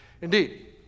Indeed